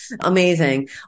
amazing